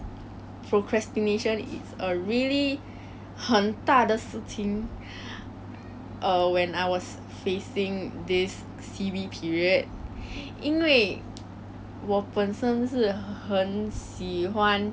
做我自己的东西 and I really like to play music like you know but what do I do when I am supposed to work from home and I'm supposed to do my own things from home